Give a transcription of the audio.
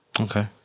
Okay